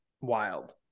wild